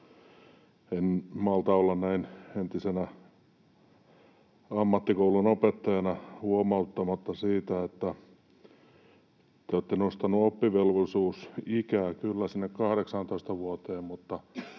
En malta olla näin entisenä ammattikoulun opettajana huomauttamatta siitä, että te olette nostaneet kyllä oppivelvollisuusikää sinne 18 vuoteen,